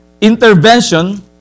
intervention